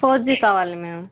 four G కావాలి ma'am